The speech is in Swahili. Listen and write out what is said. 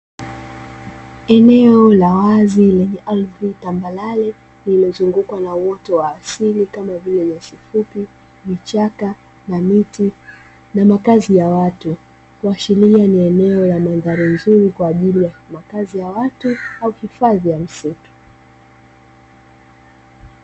Eneo la wazi lenye ardhi tambarare na uoto wa asili kama vile nyasi fupi, vichaka na miti lililozungukwa na makazi ya watu, kuashiria ni eneo la mandhari nzuri kwa makazi ya watu au hifadhi ya msitu.